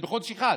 זה, בחודש אחד.